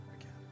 again